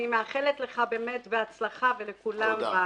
אני מאחלת לך ולכולם הצלחה.